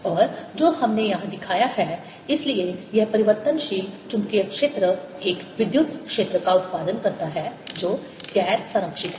और जो हमने यहां दिखाया है इसलिए यह परिवर्तनशील चुंबकीय क्षेत्र एक विद्युत क्षेत्र का उत्पादन करता है जो गैर संरक्षित है